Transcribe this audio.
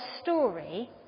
story